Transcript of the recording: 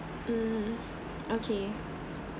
mm okay